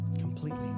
completely